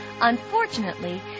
Unfortunately